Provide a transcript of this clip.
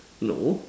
no